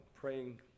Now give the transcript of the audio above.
praying